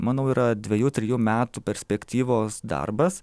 manau yra dvejų trejų metų perspektyvos darbas